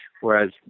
Whereas